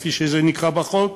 כפי שזה נקרא בחוק,